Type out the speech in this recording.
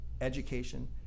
education